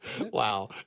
Wow